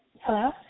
Hello